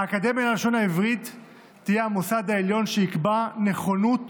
האקדמיה ללשון העברית תהיה המוסד העליון שיקבע את נכונות